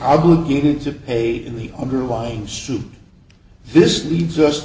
obligated to pay in the underlying soup this leads us